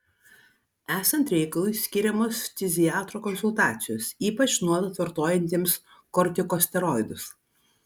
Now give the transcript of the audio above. esant reikalui skiriamos ftiziatro konsultacijos ypač nuolat vartojantiems kortikosteroidus